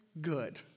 good